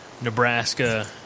Nebraska